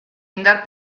indar